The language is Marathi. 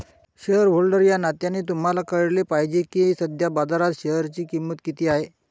शेअरहोल्डर या नात्याने तुम्हाला कळले पाहिजे की सध्या बाजारात शेअरची किंमत किती आहे